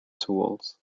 tools